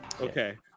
Okay